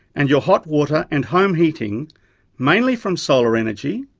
and your hot water and home heating mainly from solar energy,